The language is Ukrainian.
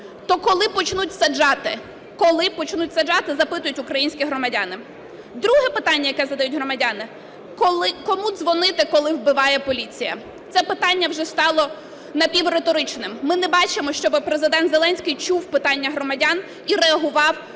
"Коли почнуть саджати?", - запитують українські громадяни. Друге питання, яке задають громадяни: "Кому дзвонити, коли вбиває поліція?" Це питання вже стало напівриторичним. Ми не бачимо, щоби Президент Зеленський чув питання громадян і реагував,